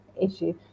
issue